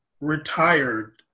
retired